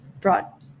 brought